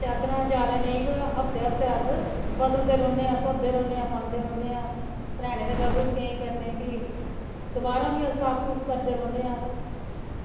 चादरां जैदा नेईं तां हफ्तै हफ्तै अस बदलदे रौह्नेआं धोंदे रौह्नेआं पांदे रौह्न्ने आं सर्हैनें दे कवर बी चेंज करने फ्ही दोबारा साफ सूफ करदे रौह्न्ने आं